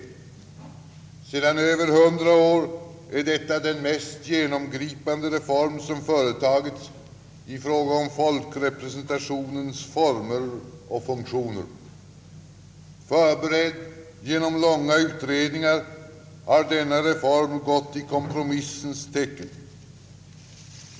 Sedan över 100 år är detta den mest genomgripande reform som företagits i fråga om folkrepresentationens former och funktioner. Förberedd genom långa utredningar har denna reform gått i kompromissens tecken.